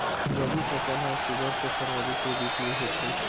रबी फसल हा अक्टूबर से फ़रवरी के बिच में होथे